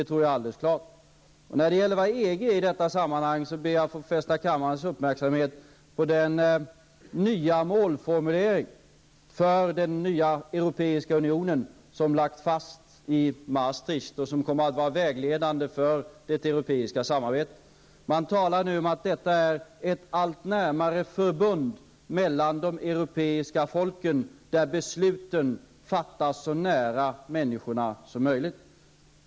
När det gäller EGs roll i detta sammanhang vill jag fästa kammarens uppmärksamhet på den målformulering som gäller för den nya europeiska unionen och som lades fast i Maastricht. Denna målformulering kommer att vara vägledande för det europeiska samarbetet. Man talar nu om ett allt närmare förbund mellan de europeiska folken, där besluten fattas så nära människorna som möjligt.